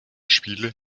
spiele